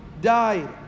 died